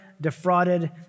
defrauded